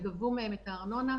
הן גבו מהן את הארנונה.